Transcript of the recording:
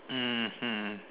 mmhmm